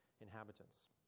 inhabitants